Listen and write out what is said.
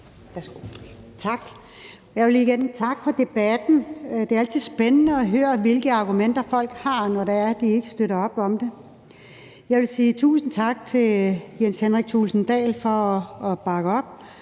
Jeg vil igen takke for debatten. Det er altid spændende at høre, hvilke argumenter folk har, når det er, de ikke støtter op om det. Jeg vil sige tusind tak til Jens Henrik Thulesen Dahl for at bakke op,